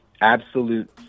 absolute